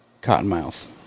cottonmouth